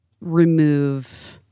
remove